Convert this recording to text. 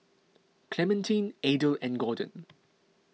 Clementine Adel and Gordon